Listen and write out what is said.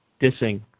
dissing